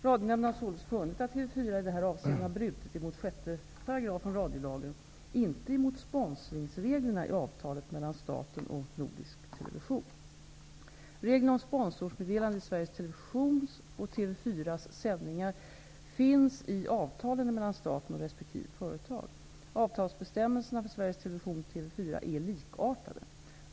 Radionämnden har således funnit att TV 4 i detta avseende brutit mot 6 § radiolagen, inte mot sponsringsreglerna i avtalet mellan staten och Televisions och TV 4:s sändningar finns i avtalen mellan staten och resp. företag. TV 4 är likartade.